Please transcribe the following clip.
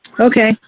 Okay